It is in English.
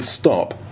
stop